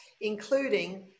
including